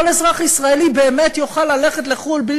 כל אזרח ישראלי באמת יוכל ללכת לחו"ל בלי